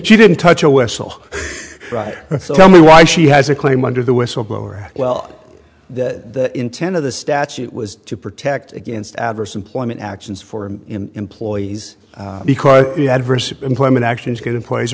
she didn't touch a wessel right tell me why she has a claim under the whistleblower well that intent of the statute was to protect against adverse employment actions for employees because adverse employment action is good employees